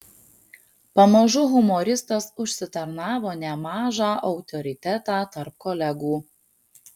pamažu humoristas užsitarnavo nemažą autoritetą tarp kolegų